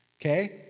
okay